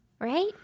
right